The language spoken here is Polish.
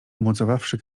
umocowawszy